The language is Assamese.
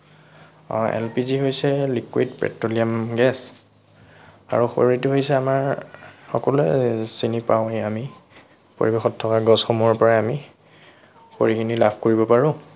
এল পি জি হৈছে লিকুইড পেট্ৰলিয়াম গেছ আৰু খৰিটো হৈছে আমাৰ সকলোৱে চিনি পাওঁৱেই আমি পৰিৱেশত থকা গছসমূহৰ পৰাই আমি খৰিখিনি লাভ কৰিব পাৰোঁ